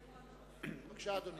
בבקשה, אדוני.